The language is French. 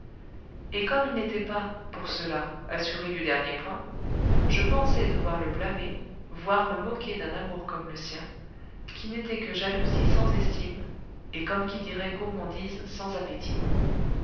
et comme il n'était pas pour cela assuré du dernier point je pensai devoir le blâmer voire me moquer d'un amour comme le sien qui n'était que jalousie sans estime et comme qui dirait gourmandise sans appétit